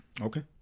Okay